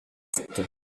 sept